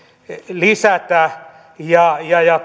lisätä ja ja